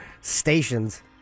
Stations